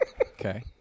okay